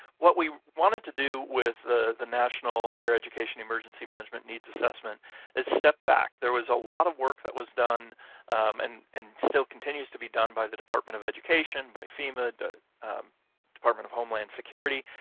what we wanted to do with the the national higher education emergency management needs assessment is step back. there was a lot of work that was done and and still continues to be done by the department of education, by fema, the department of homeland security.